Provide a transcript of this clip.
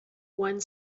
one